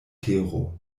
tero